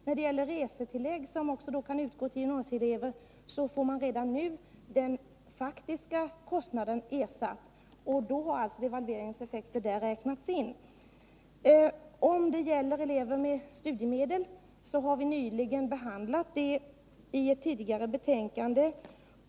När det gäller resetillägg, som också kan utgå till gymnasieelever, får man redan nu den faktiska kostnaden ersatt. Då har devalveringens effekter räknats in i den ersättningen. Om det gäller elever med studiemedel, kan jag tala om att vi nyligen har behandlat den frågan i ett tidigare betänkande.